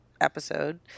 episode